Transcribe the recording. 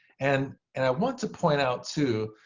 and and i want to point out, too,